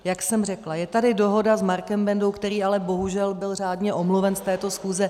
Jak jsem řekla, je tady dohoda s Markem Bendou, který ale bohužel byl řádně omluven z této schůze.